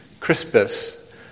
Crispus